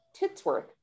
Titsworth